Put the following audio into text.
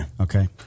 Okay